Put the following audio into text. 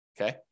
okay